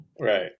Right